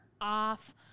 off